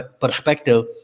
perspective